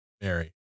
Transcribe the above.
Mary